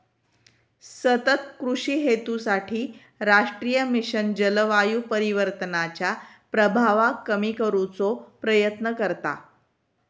सतत कृषि हेतूसाठी राष्ट्रीय मिशन जलवायू परिवर्तनाच्या प्रभावाक कमी करुचो प्रयत्न करता